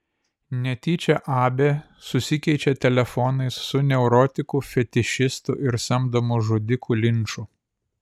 netyčia abė susikeičia telefonais su neurotiku fetišistu ir samdomu žudiku linču